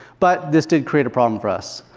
but this did create a problem for us.